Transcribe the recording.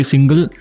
Single